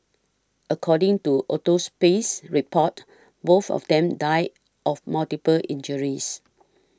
according to autopsy reports both of them died of multiple injuries